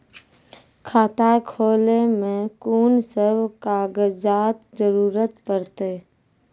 खाता खोलै मे कून सब कागजात जरूरत परतै?